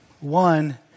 One